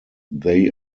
they